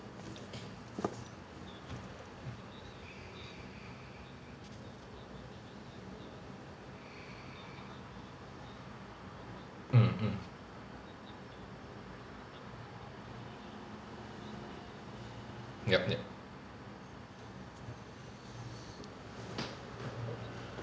mm mm yup yup